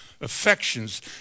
affections